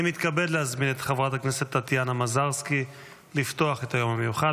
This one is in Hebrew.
אני מתכבד להזמין את חברת הכנסת טטיאנה מזרסקי לפתוח את היום המיוחד.